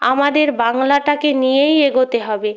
আমাদের বাংলাটাকে নিয়েই এগোতে হবে